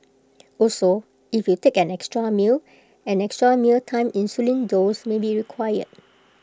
also if you take an extra meal an extra mealtime insulin dose may be required